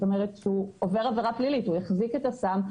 הוא עובר עבירה פלילית הוא החזיק את הסם,